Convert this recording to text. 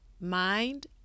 mind